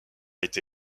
été